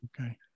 Okay